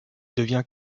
devient